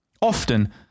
Often